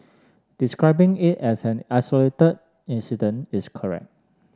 describing it as an isolated incident is correct